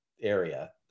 area